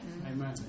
Amen